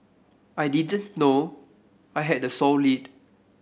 I didn't know I had the sole lead